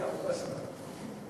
אבו-בסמה,